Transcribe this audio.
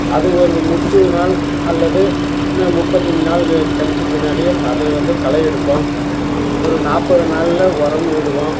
அது ஒரு முப்பது நாள் அல்லது முப்பத்தஞ்சு நாள் கழிச்சு பின்னாடி அதை வந்து களை எடுப்போம் ஒரு நாற்பது நாளில் உரமும் இடுவோம்